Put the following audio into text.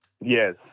Yes